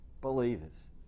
believers